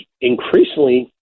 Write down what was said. increasingly